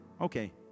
Okay